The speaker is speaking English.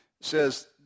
says